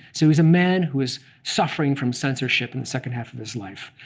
so he's a man who is suffering from censorship in the second half of his life.